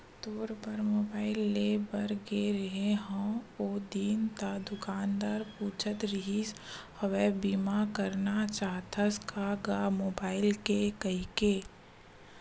तोर बर मुबाइल लेय बर गे रेहें हव ओ दिन ता दुकानदार पूछत रिहिस हवय बीमा करना चाहथस का गा मुबाइल के कहिके